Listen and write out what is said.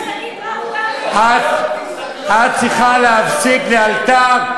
ניתן לך חלופות את צריכה להפסיק לאלתר,